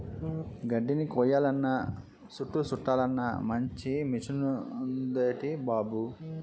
గడ్దిని కొయ్యాలన్నా సుట్టలు సుట్టలన్నా మంచి మిసనుందేటి బాబూ